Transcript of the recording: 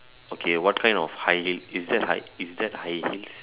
okay what kind of high heels is that high is that high heels